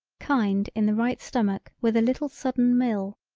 kind in the right stomach with a little sudden mill.